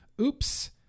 Oops